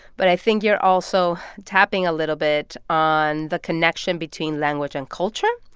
but i think you're also tapping a little bit on the connection between language and culture.